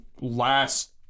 last